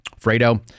Fredo